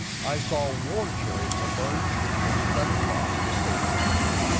i saw war chariots emerge and spread across the face of the earth.